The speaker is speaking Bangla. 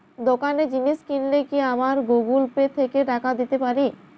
দোকানে জিনিস কিনলে কি আমার গুগল পে থেকে টাকা দিতে পারি?